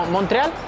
Montreal